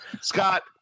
Scott